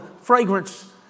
fragrance